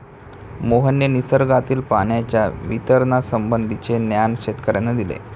मोहनने निसर्गातील पाण्याच्या वितरणासंबंधीचे ज्ञान शेतकर्यांना दिले